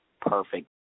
Perfect